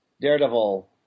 Daredevil –